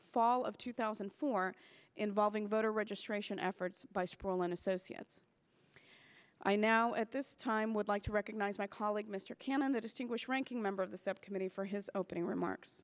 fall of two thousand and four involving voter registration efforts by sprawling associates i now at this time would like to recognize my colleague mr cannon the distinguished ranking member of the subcommittee for his opening remarks